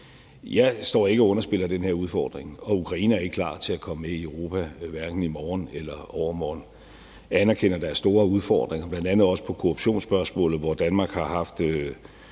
Jeg står ikke og underspiller den her udfordring, og Ukraine er ikke klar til at komme med i EU, hverken i morgen eller overmorgen. Jeg anerkender, at der er store udfordringer, bl.a. også i korruptionsspørgsmålet, hvor Danmark har haft,